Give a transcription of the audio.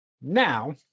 Now